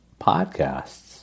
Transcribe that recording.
podcasts